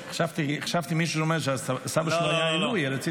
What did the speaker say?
חשבתי שמישהו אומר שסבא שלו היה עילוי,